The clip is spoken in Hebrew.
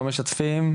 לא משתפים,